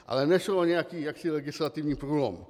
Ale nešlo o nějaký jaksi legislativní průlom.